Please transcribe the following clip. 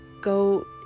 go